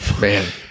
man